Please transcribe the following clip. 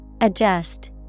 Adjust